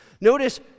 Notice